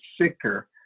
sicker